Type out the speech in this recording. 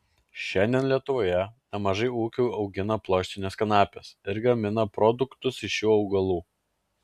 šiandien lietuvoje nemažai ūkių augina pluoštines kanapes ir gamina produktus iš šių augalų